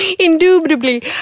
Indubitably